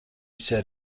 said